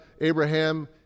Abraham